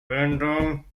verbindung